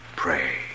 Pray